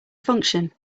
function